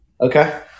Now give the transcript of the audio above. Okay